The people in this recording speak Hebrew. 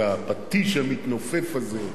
את הפטיש המתנופף הזה,